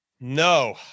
No